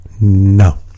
No